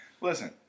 Listen